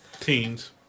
Teens